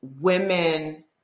women